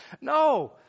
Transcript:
No